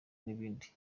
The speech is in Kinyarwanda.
n’ibindi